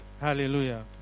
Hallelujah